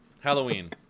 halloween